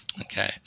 Okay